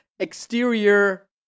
exterior